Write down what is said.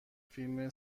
فیلم